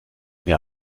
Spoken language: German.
mir